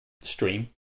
stream